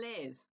live